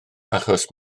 achos